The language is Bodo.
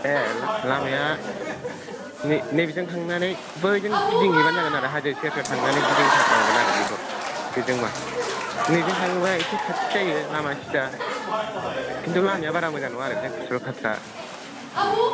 ए ला लामाया नै नैबेजों थांनानै बै जों गिदिं हैबानो जागोन आरो हाजो सेर सेर थांनानै गिदिं थारनांगोन आरो बेखौ बेजोंबा नैबेजों थाङोबा एसे खाथि जायो लामा सिदा खिन्थु लामाया बारा मोजां नङा आरो बेजों खुथ्रु खाथ्रा